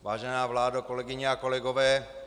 Vážená vládo, kolegyně a kolegové.